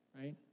right